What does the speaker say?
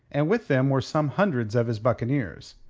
and with them were some hundreds of his buccaneers.